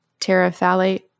terephthalate